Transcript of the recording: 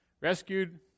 Rescued